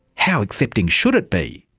how accepting should it be?